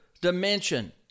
dimension